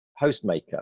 Hostmaker